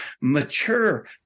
Mature